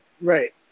Right